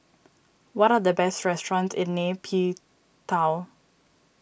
what are the best restaurants in Nay Pyi Taw